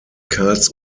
karls